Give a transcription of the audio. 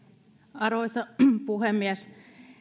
arvoisa puhemies